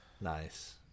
Nice